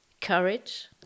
courage